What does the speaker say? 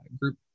group